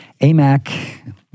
AMAC